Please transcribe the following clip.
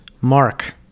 Mark